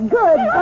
good